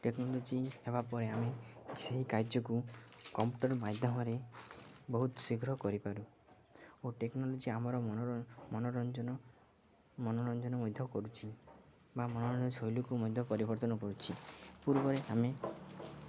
technology ହେବା ପରେ ଆମେ ସେହି କାର୍ଯ୍ୟକୁ କମ୍ପୁଟର ମାଧ୍ୟମରେ ବହୁତ ଶୀଘ୍ର କରିପାରୁ ଓ ଟେକ୍ନୋଲୋଜି ଆମର ମନ ମନୋରଞ୍ଜନ ମନୋରଞ୍ଜନ ମଧ୍ୟ କରୁଛି ବା ମନୋରଞ୍ଜନ ଶୈଳୀକୁ ମଧ୍ୟ ପରିବର୍ତ୍ତନ କରୁଛି ପୂର୍ବରେ ଆମେ